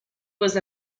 was